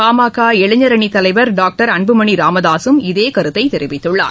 பாமக இளைஞர் அணித் தலைவர் டாக்டர் அன்புமணி ராமதாசும் இதே கருத்தை தெரிவித்துள்ளார்